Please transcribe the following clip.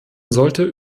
sollte